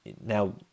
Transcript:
now